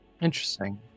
Interesting